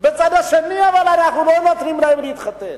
אבל בצד השני אנחנו לא נותנים להם להתחתן.